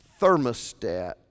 thermostat